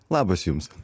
labas jums